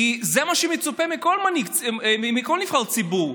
כי זה מה שמצופה מכל נבחר ציבור,